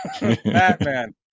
Batman